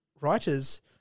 writers